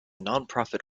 nonprofit